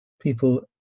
people